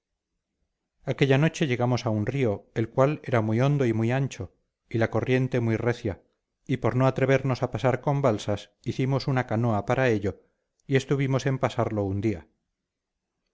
aquella noche llegamos a un río el cual era muy hondo y muy ancho y la corriente muy recia y por no atrevernos a pasar con balsas hicimos una canoa para ello y estuvimos en pasarlo un día